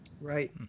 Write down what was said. Right